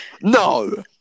No